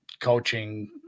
coaching